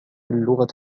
اللغة